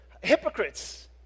hypocrites